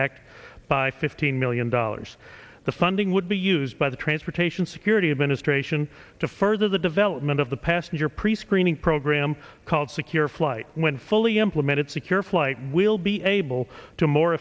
act by fifteen million dollars the funding would be used by the transportation security administration to further the development of the passenger prescreening program called secure flight when fully implemented secure flight will be able to more